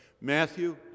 Matthew